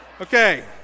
Okay